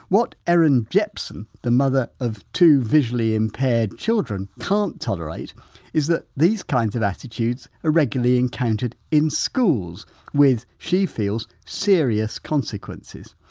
what erin jepsen, the mother of two visually impaired children, can't tolerate is that these kinds of attitudes are regularly encountered in schools with, she feels, serious consequences.